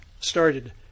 started